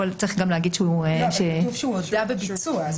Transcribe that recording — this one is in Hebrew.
הוא הודה בביצוע.